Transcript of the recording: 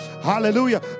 Hallelujah